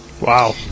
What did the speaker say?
Wow